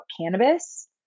cannabis